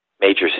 major